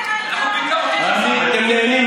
אתם נהנים.